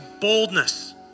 boldness